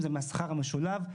זה מהשכר המשולב.